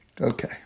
Okay